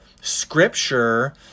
scripture